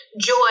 joy